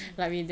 mmhmm